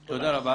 תודה.